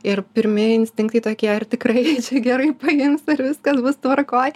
ir pirmi instinktai tokie ar tikrai čia gerai paims ar viskas bus tvarkoj